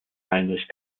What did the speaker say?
heinrich